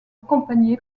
accompagné